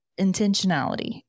intentionality